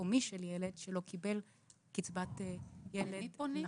פתאומי של ילד שלא קיבל קצבת ילד נכה.